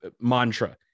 mantra